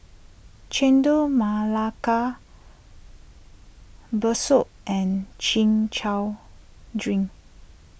Chendol Melaka Bakso and Chin Chow Drink